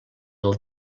del